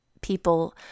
people